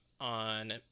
on